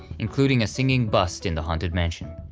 including a singing bust in the haunted mansion.